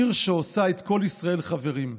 עיר שעושה את כל ישראל חברים.